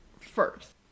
First